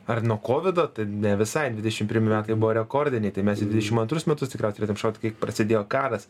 ar nuo kovido tai ne visai dvidešim pirmi metai buvo rekordiniai tai mes į dvidešim antrus metus tikriausiai turėtumėm šokt kai prasidėjo karas